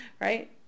right